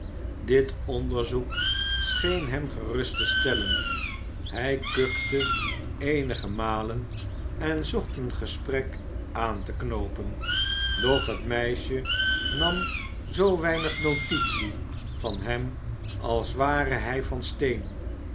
dit onderzoek scheen hem gerust te stellen hij kuchte eenige malen en zocht een gesprek aan te knoopen doch het meisje nam zoo weinig notitie i van hem als ware hij van steen